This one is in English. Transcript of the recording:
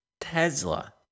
Tesla